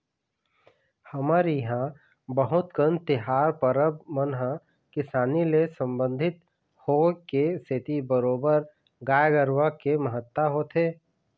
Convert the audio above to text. हमर इहाँ बहुत कन तिहार परब मन ह किसानी ले संबंधित होय के सेती बरोबर गाय गरुवा के महत्ता होथे